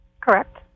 Correct